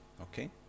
Okay